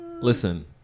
Listen